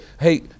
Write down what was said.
Hey